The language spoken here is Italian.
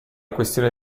questione